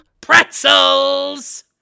Pretzels